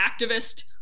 activist